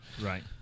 Right